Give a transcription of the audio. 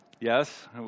Yes